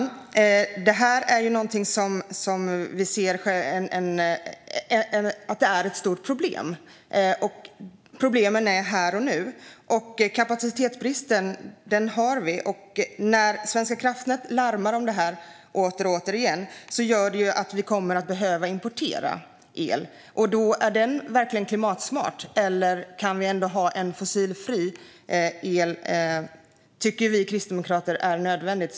Fru talman! Detta är ju någonting som vi ser innebär stora problem, och problemen är här och nu. Kapacitetsbristen har vi, och när Svenska kraftnät larmar om detta om och om igen gör det ju att vi kommer att behöva importera el. Är den elen verkligen klimatsmart? Kan vi ändå ha fossilfri el? Det tycker vi kristdemokrater är nödvändigt.